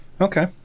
Okay